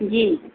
जी